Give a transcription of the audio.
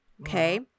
Okay